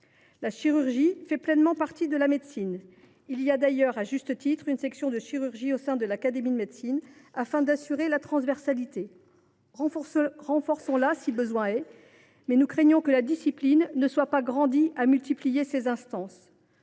La chirurgie fait pleinement partie de la médecine. Il y a d’ailleurs, à juste titre, une section de chirurgie au sein de l’Académie nationale de médecine, afin d’assurer la transversalité. Renforçons la si besoin est ! Nous craignons que la discipline ne soit pas grandie à multiplier ses instances.